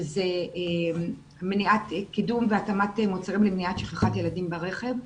שזה קידום והתאמת מוצרים למניעת שכחת ילדים ברכב.